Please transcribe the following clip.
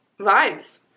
vibes